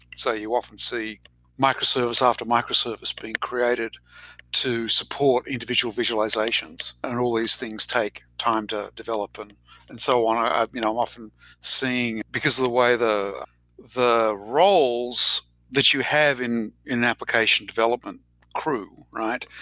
so you often see microservice after microservice being created to support individual visualizations. and all these things take time to develop and and so what i'm you know often seeing, because of the way the the roles that you have in in application development crew, right?